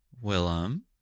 Willem